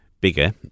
bigger